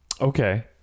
Okay